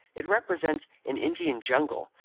it represents an indian jungle,